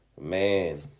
Man